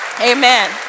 Amen